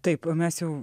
taip mes jau